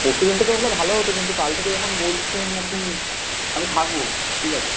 পরশু দিন থেকে হলে ভালো হতো কিন্তু কাল থেকে যখন বলছেন আপনি আমি থাকবো ঠিক আছে